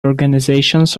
organisations